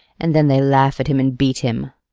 and then they laugh at him and beat him.